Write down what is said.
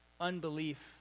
unbelief